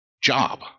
job